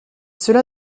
cela